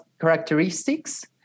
characteristics